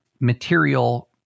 material